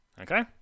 Okay